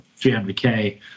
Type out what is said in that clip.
300k